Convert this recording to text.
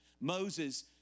Moses